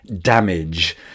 damage